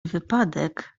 wypadek